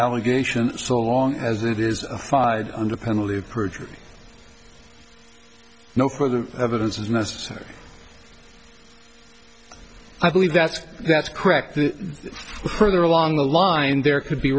allegations so long as it is fide under penalty of perjury no further evidence is necessary i believe that's that's correct the further along the line there could be